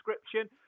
description